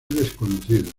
desconocido